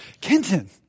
Kenton